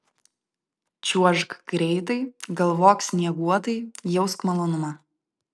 čiuožk greitai galvok snieguotai jausk malonumą